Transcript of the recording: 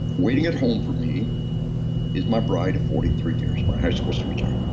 waiting at home for me is my bride of forty three years, my high school sweetheart.